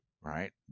Right